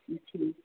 ਅੱਛਾ